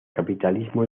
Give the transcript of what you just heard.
capitalismo